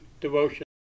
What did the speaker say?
devotion